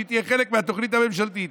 שהיא תהיה חלק מהתוכנית הממשלתית.